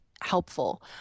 helpful